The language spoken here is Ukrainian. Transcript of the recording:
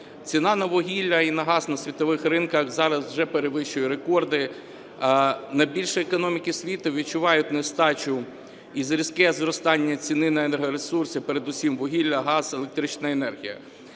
Ціна на вугілля і на газ на світових ринках зараз вже перевищує рекорди. Найбільші економіки світу відчувають нестачу і різке зростання ціни на енергоресурси, передусім вугілля, газ, електрична енергія.